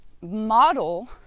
model